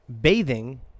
Bathing